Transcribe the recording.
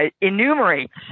enumerates